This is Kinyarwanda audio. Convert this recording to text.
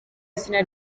izina